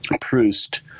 Proust